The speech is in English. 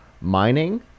mining